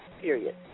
period